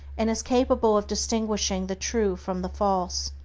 and is capable of distinguishing the true from the false.